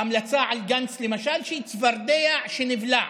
ההמלצה על גנץ, למשל, היא צפרדע שנבלע.